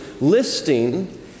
listing